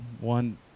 One